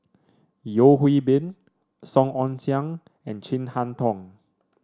Yeo Hwee Bin Song Ong Siang and Chin Harn Tong